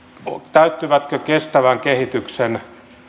täyttyvätkö kestävän kehityksen